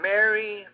Mary